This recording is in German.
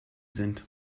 sind